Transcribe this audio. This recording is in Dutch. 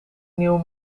nieuwe